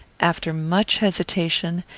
after much hesitation,